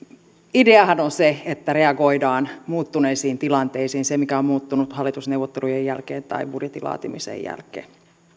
ideahan on se että reagoidaan muuttuneisiin tilanteisiin siihen mikä on muuttunut hallitusneuvottelujen jälkeen tai budjetin laatimisen jälkeen